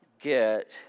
get